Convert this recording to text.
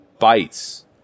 bytes